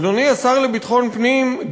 אדוני השר לביטחון פנים,